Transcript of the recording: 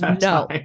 No